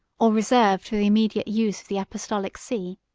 or reserved for the immediate use of the apostolic see.